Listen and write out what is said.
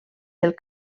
del